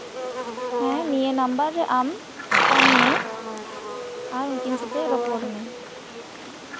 ᱦᱮᱸ ᱱᱤᱭᱟᱹ ᱱᱟᱢᱵᱟᱨ ᱨᱮ ᱟᱢ ᱯᱷᱳᱱ ᱢᱮ ᱟᱨ ᱩᱱᱠᱤᱱ ᱥᱟᱶᱛᱮ ᱨᱚᱯᱚᱲ ᱢᱮ